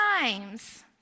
times